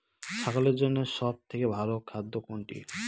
ছাগলের জন্য সব থেকে ভালো খাদ্য কোনটি?